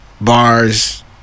bars